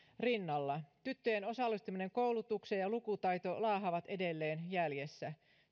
rinnalla tyttöjen osallistuminen koulutukseen ja lukutaito laahaavat edelleen jäljessä